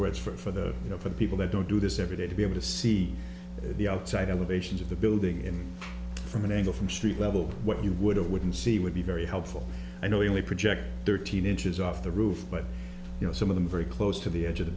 words for the you know for people that don't do this every day to be able to see the outside elevations of the building in from an angle from street level what you would or wouldn't see would be very helpful i know you only project thirteen inches off the roof but you know some of them very close to the edge of the